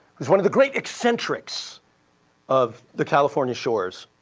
who's one of the great eccentrics of the california shores.